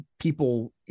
people